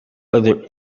other